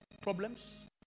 problems